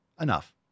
Enough